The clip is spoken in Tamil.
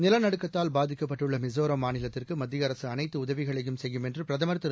நிலநடுக்கத்தால் பாதிக்கப்பட்டுள்ள மிஸோராம் மாநிலத்திற்கு மத்திய உதவிகளையும் செய்யும் என்று பிரதமர் திரு